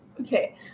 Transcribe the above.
Okay